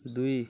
ଦୁଇ